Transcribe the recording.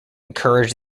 encouraged